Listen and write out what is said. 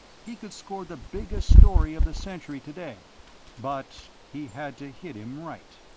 he could score the biggest story of the century today but he had to hit him right.